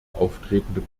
auftretende